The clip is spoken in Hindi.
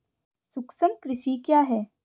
सूक्ष्म कृषि क्या है?